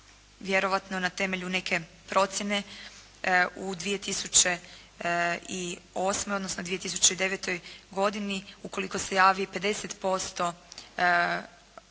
vjerojatno na temelju neke procjene u 2008. odnosno 2009. godini ukoliko se javi 50% podnositelja